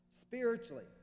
spiritually